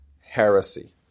heresy